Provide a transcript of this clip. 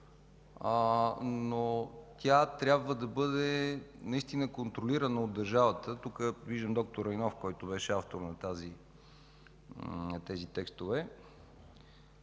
но тя трябва да бъде наистина контролирана от държавата – тук виждам доктор Райнов, който беше автор на тези текстове.